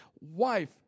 wife